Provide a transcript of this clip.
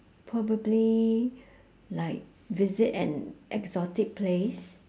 probably like visit an exotic place